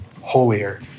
holier